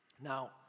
Now